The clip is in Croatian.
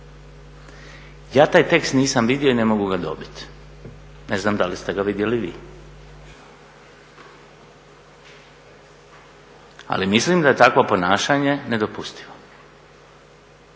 Ja taj tekst nisam vidio i ne mogu ga dobiti. Ne znam da li ste ga vidjeli vi. Ali mislim da je takvo ponašanje nedopustivo.